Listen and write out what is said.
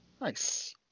Nice